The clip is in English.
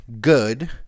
good